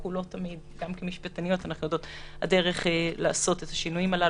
גם כמשפטניות אנחנו יודעות - הדרך לעשות את השינויים הללו,